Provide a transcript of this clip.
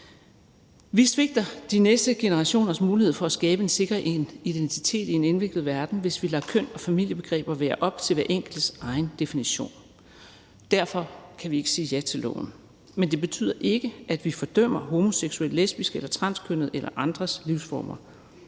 Vi svigter de næste generationers mulighed for at skabe en sikker identitet i en indviklet verden, hvis vi lader køn og familiebegreber være op til hver enkelts egen definition. Derfor kan vi ikke sige ja til lovforslaget. Men det betyder ikke, at vi fordømmer homoseksuelle, lesbiske, transkønnede eller andres livsformer;